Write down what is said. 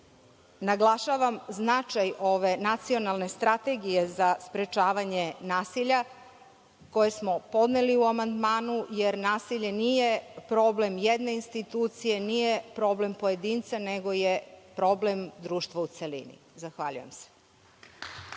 MUP-a. Naglašavam značaj ove Nacionalne strategije za sprečavanje nasilja, koju smo podneli u amandmanu, jer nasilje nije problem jedne institucije, nije problem pojedinca, nego je problem društva u celini. Zahvaljujem.